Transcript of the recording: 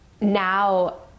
now